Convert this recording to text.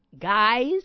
guys